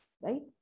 Right